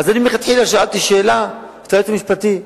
אני מלכתחילה שאלתי את היועץ המשפטי,